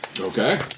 Okay